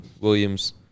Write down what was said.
Williams